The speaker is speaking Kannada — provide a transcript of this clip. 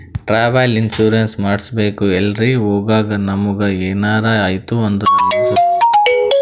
ಟ್ರಾವೆಲ್ ಇನ್ಸೂರೆನ್ಸ್ ಮಾಡಿಸ್ಬೇಕ್ ಎಲ್ರೆ ಹೊಗಾಗ್ ನಮುಗ ಎನಾರೆ ಐಯ್ತ ಅಂದುರ್ ಇನ್ಸೂರೆನ್ಸ್ ಕಂಪನಿದವ್ರೆ ನೊಡ್ಕೊತ್ತಾರ್